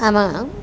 આમાં